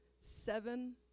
seven